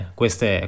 queste